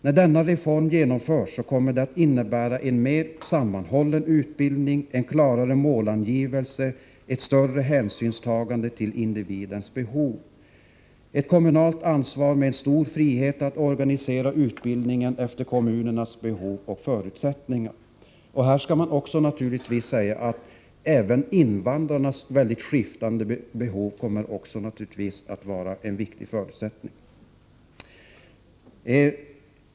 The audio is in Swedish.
När denna reform har genomförts kommer det att bli en mer sammanhållen utbildning, en klarare målangivelse och ett större hänsynstagande till individens behov. Vi får ett kommunalt ansvar med stor frihet att organisera utbildningen efter kommunernas behov och förutsättningar. Även invandrarnas mycket skiftande behov kommer naturligtvis också att vara en viktig förutsättning.